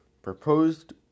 proposed